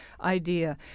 idea